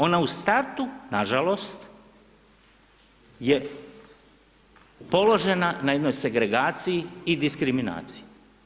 Ona u startu nažalost je položena na jednoj segregaciji i diskriminaciji.